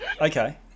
Okay